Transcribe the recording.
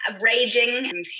raging